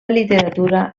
literatura